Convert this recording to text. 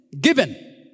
given